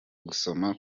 gusoma